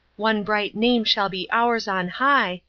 one bright name shall be ours on high,